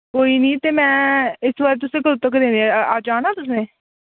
कोई निं ते में इस बारी तुसें कदूं तक्कर देने अज्ज आना तुसें